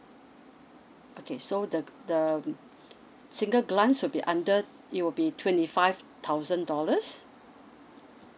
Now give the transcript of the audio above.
okay so the the um single grant will be under it will be twenty five thousand dollars